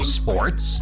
sports